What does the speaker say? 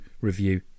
review